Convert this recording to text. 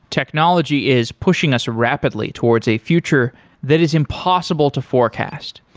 technology is pushing us rapidly towards a future that is impossible to forecast.